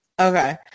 okay